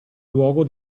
luogo